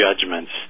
judgments